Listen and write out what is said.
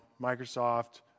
Microsoft